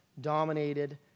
dominated